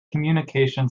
communication